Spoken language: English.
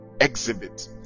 exhibit